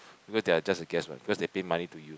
because they are just a guest what because they pay money to you